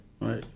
right